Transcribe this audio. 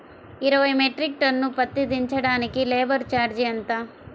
ఇరవై metric ton పత్తి దించటానికి లేబర్ ఛార్జీ ఎంత?